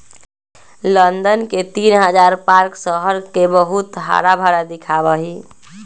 London के तीन हजार पार्क शहर के बहुत हराभरा दिखावा ही